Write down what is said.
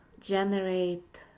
generate